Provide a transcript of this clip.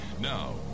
Now